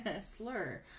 slur